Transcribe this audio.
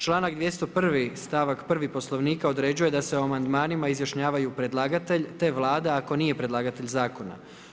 Članak 201., stavak 1. Poslovnika određuje da se o amandmanima izjašnjavaju predlagatelj te Vlada ako nije predlagatelj zakona.